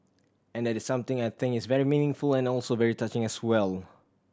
and that is something I think is very meaningful and also very touching as well